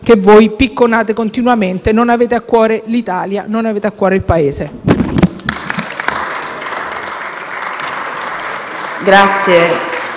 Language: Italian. che voi picconate continuamente; non avete a cuore L'Italia, non avete a cuore il Paese.